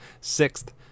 sixth